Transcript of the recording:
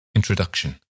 Introduction